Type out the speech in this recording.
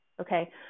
Okay